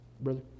brother